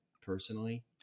personally